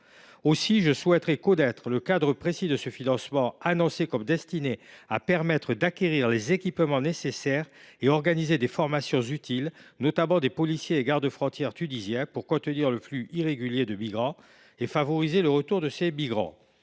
Aussi, je souhaiterais connaître le cadre précis de ce financement destiné, selon lui, à permettre d’« acquérir des équipements nécessaires et organiser les formations utiles, notamment des policiers et gardes frontières tunisiens », pour « contenir le flux irrégulier de migrants » et « favoriser le retour de ces migrants